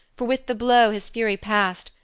for with the blow his fury passed,